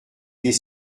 des